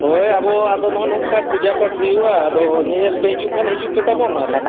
ᱦᱳᱭ ᱟᱵᱚ ᱟᱫᱚ ᱱᱚᱜᱼᱚᱸᱭ ᱱᱚᱝᱠᱟ ᱯᱩᱡᱟ ᱯᱟᱴ ᱦᱩᱭᱩᱜᱼᱟ ᱟᱫᱚ ᱧᱮᱼᱧᱮᱞ ᱯᱮ ᱦᱤᱡᱩᱜ ᱠᱷᱟᱱ ᱦᱤᱡᱩᱜ ᱯᱮ ᱛᱟᱵᱚᱱ ᱟᱨ